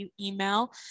email